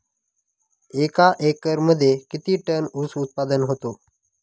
एका एकरमध्ये किती टन ऊस उत्पादन होतो?